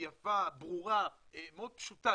יפה, ברורה ופשוטה.